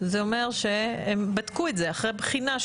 זה אומר שהם בדקו את זה, אחרי בחינה?